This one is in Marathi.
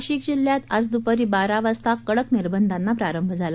नाशिक जिल्ह्यात आज दुपारी बारा वाजता कडक निर्बंधांना प्रारंभ झाला